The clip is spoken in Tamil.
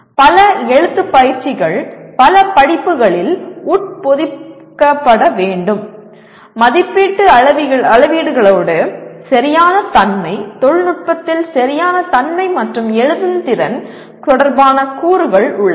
பல எழுத்துப் பயிற்சிகள் பல படிப்புகளில் உட்பொதிக்கப்பட வேண்டும் மதிப்பீட்டு அளவீடுகளோடு சரியான தன்மை தொழில்நுட்பத்தில் சரியான தன்மை மற்றும் எழுதும் திறன் தொடர்பான கூறுகள் உள்ளன